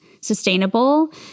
sustainable